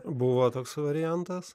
buvo toks variantas